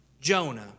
Jonah